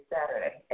Saturday